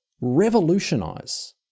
revolutionise